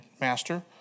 Master